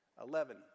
eleven